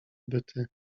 byty